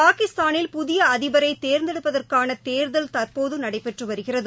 பாகிஸ்தானில் புதியஅதிபரைதெரிந்தெடுப்பதற்கானதேர்தல் தற்போதுநடைபெற்றுவருகிறது